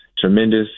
tremendous